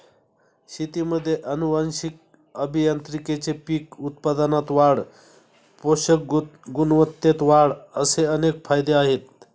शेतीमध्ये आनुवंशिक अभियांत्रिकीचे पीक उत्पादनात वाढ, पोषक गुणवत्तेत वाढ असे अनेक फायदे आहेत